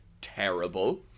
terrible